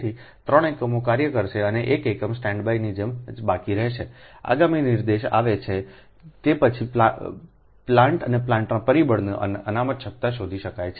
તેથી 3 એકમો કાર્ય કરશે અને 1 એકમ સ્ટેન્ડબાયની જેમ જ બાકી રહેશે આગામી નિર્દેશ આવે છે તે પછી પ્લાન્ટ અને પ્લાન્ટના પરિબળની અનામત ક્ષમતા શોધી શકાય છે